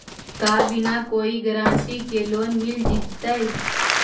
का बिना कोई गारंटी के लोन मिल जीईतै?